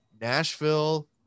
Nashville